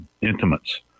intimates